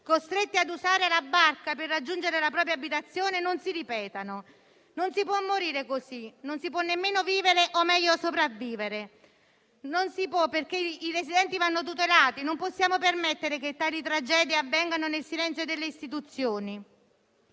costretti a usare la barca per raggiungere la propria abitazione non si ripetano. Non si può morire così; non si può nemmeno vivere o, meglio, sopravvivere. Non si può, perché i residenti vanno tutelati. Non possiamo permettere che tali tragedie avvengano nel silenzio delle istituzioni.